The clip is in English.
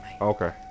Okay